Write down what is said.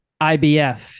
IBF